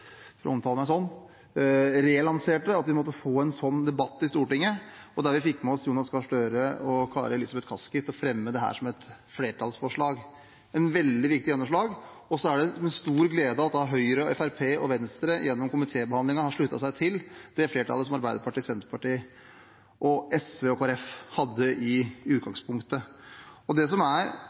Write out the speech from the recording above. omtale meg selv som, relanserte at vi måtte få en slik debatt i Stortinget. Vi fikk med oss Jonas Gahr Støre og Kari Elisabeth Kaski på å fremme dette som et flertallsforslag. Det var et veldig viktig gjennomslag. Det er en stor glede at Høyre, Fremskrittspartiet og Venstre gjennom komitébehandlingen har sluttet seg til det flertallet som Arbeiderpartiet, Senterpartiet, SV og Kristelig Folkeparti hadde i utgangspunktet. Det som er